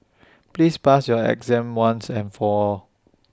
please pass your exam once and for all